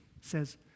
says